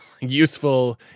useful